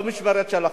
במשמרת שלכם.